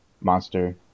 monster